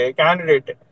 candidate